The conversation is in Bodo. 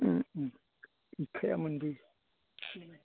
गैखायामोनबो